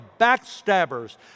backstabbers